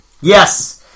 Yes